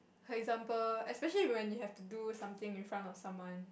for example especially when you have to do something in front of someone